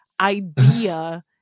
idea